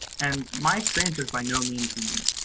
and my experience is by no means unique.